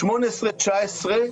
2019-2018